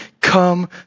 come